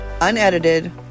unedited